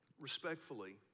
respectfully